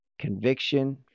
conviction